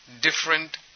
different